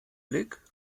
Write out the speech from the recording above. blick